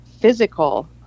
physical